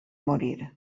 morir